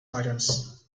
items